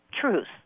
truth